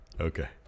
Okay